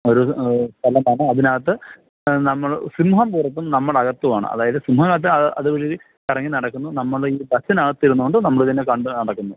ഒരു സ്ഥലമാണ് അതിനകത്ത് നമ്മൾ സിംഹം പുറത്തും നമ്മൾ അകത്തും ആണ് അതായത് സിംഹം എന്നുവെച്ചാൽ അതിനുള്ളിൽ ഇറങ്ങി നടക്കുന്നു നമ്മൾ ഈ ബസ്സിനകത്ത് ഇരുന്നുകൊണ്ട് നമ്മൾ ഇതിനെ കണ്ട് നടക്കുന്നു